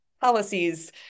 policies